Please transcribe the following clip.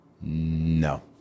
No